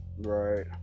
Right